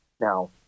Now